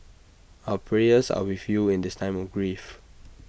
our prayers are with you in this time of grief